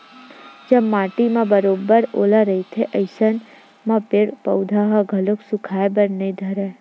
जब माटी म बरोबर ओल रहिथे अइसन म पेड़ पउधा ह घलो सुखाय बर नइ धरय